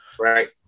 Right